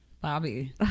Bobby